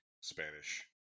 Spanish